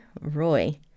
Roy